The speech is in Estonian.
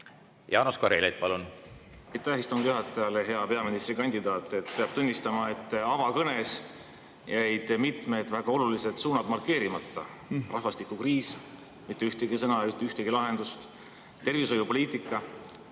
Jaanus Karilaid, palun!